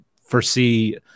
foresee